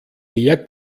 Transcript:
mehr